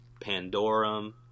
Pandorum